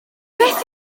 beth